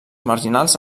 marginals